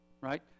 right